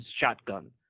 shotgun